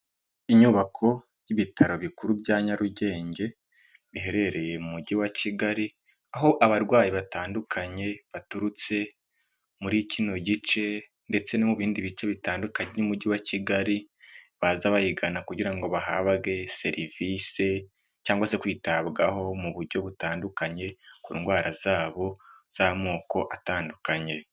Inyubako y'ibitaro bikuru bya Nyarugenge biherereye mu mujyi wa Kigali, aho abarwayi batandukanye baturutse muri kino gice ndetse no mu bindi bice bitandukanye by'umujyi wa Kigali, baza bayigana kugira ngo bahabwe serivisi cyangwa se kwitabwaho mu buryo butandukanye ku ndwara zabo z'amoko atandukanye.